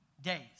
days